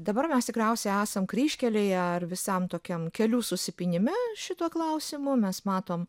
dabar mes tikriausiai esam kryžkelėje ar visam tokiam kelių susipynime šituo klausimu mes matom